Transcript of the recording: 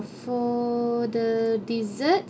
for the dessert